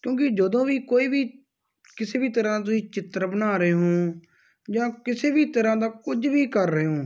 ਕਿਉਂਕਿ ਜਦੋਂ ਵੀ ਕੋਈ ਵੀ ਕਿਸੇ ਵੀ ਤਰ੍ਹਾਂ ਤੁਸੀਂ ਚਿੱਤਰ ਬਣਾ ਰਹੇ ਹੋ ਜਾਂ ਕਿਸੇ ਵੀ ਤਰ੍ਹਾਂ ਦਾ ਕੁਝ ਵੀ ਕਰ ਰਹੇ ਹੋ